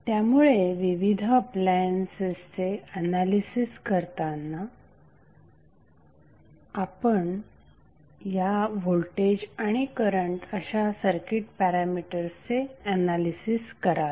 त्यामुळे विविध अप्लायन्सेसचे एनालिसिस करताना आपण या व्होल्टेज आणि करंट अशा सर्किट पॅरामीटर्सचे एनालिसिस कराल